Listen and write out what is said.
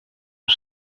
for